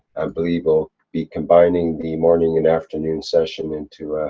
i believe we'll be combining the morning and afternoon session into.